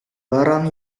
barang